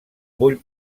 vull